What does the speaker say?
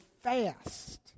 fast